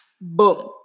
boom